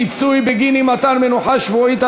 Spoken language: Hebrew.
פיצוי בגין אי-מתן מנוחה שבועית),